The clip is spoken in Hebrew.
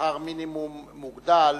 שכר מינימום מוגדל,